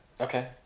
Okay